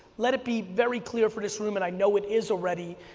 let it be very clear for this room and i know it is already,